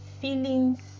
Feelings